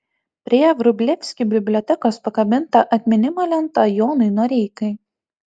prie vrublevskių bibliotekos pakabinta atminimo lenta jonui noreikai